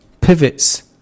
pivots